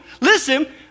listen